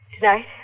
Tonight